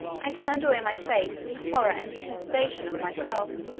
i turned away my face in horror and detestation of myself,